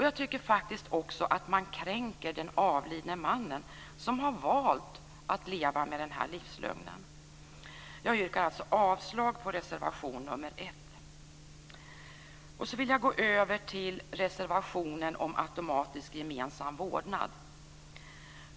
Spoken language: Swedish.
Man kränker faktiskt också den avlidne mannen, som valt att leva med sin livslögn. Jag yrkar avslag på reservation nr 1. Så vill jag gå över till reservationen om automatisk gemensam vårdnad.